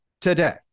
today